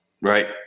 right